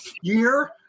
Year